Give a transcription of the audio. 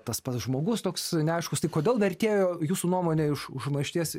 tas pats žmogus toks neaiškus tai kodėl vertėjo jūsų nuomone iš užmaršties